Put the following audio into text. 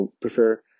prefer